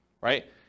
right